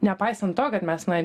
nepaisant to kad mes na